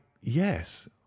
yes